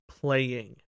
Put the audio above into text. playing